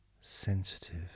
sensitive